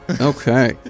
Okay